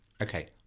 Okay